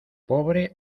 pobre